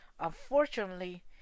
unfortunately